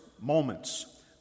moments